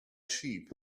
sheep